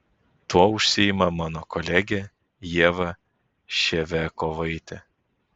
tuo užsiima mano kolegė ieva ševiakovaitė